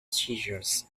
seizures